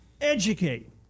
Educate